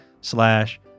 slash